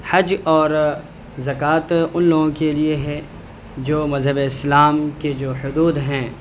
حج اور زکوۃ ان لوگوں کے لیے ہے جو مذہبِ اسلام کے جو حدود ہیں